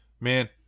Man